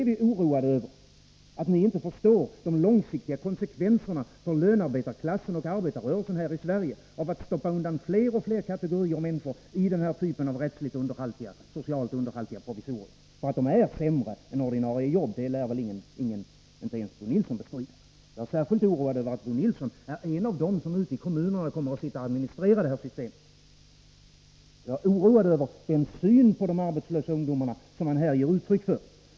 Vi är oroade över att ni inte förstår de långsiktiga konsekvenserna för lönarbetarklassen och arbetarrörelsen här i Sverige av att stoppa undan fler och fler kategorier av människor i den här typen av rättsligt och socialt underhaltiga provisorier. Att de är sämre än ordinarie jobb lär väl ingen, inte ens Bo Nilsson, bestrida. Jag är särskilt oroad över att Bo Nilsson är en av dem som ute i kommunerna kommer att administrera detta system. Jag är också oroad över den syn på de arbetslösa ungdomarna som det systemet ger uttryck för.